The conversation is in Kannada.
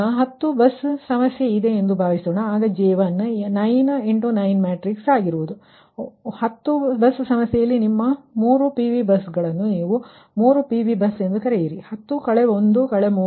ಈಗ 10 ಬಸ್ ಸಮಸ್ಯೆ ಇದೆ ಎಂದು ಭಾವಿಸೋಣ ಆಗ J1 9 9 ಮ್ಯಾಟ್ರಿಕ್ಸ್ ಆಗಿರುತ್ತದೆ ಮತ್ತು 10 ಬಸ್ ಸಮಸ್ಯೆಯಲ್ಲಿ ನಿಮ್ಮ 3 PV ಬಸ್ಸುಗಳನ್ನು ನೀವು 3 PV ಬಸ್ಸ ಎಂದು ಕರೆಯಿರಿ ಅದು 10 1 3